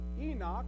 Enoch